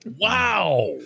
Wow